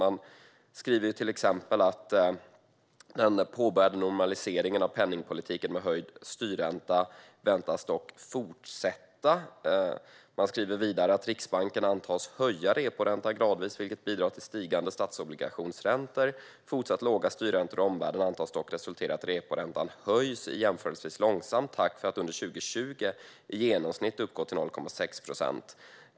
Man skriver till exempel: "Den påbörjade normaliseringen av penningpolitiken med höjd styrränta väntas dock fortsätta." Man skriver vidare: "Riksbanken antas höja reporäntan gradvis, vilket bidrar till stigande statsobligationsräntor. Fortsatt låga styrräntor i omvärlden antas dock resultera i att reporäntan höjs i jämförelsevis långsam takt för att under 2020 i genomsnitt uppgå till 0,6 procent.